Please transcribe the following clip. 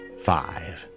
Five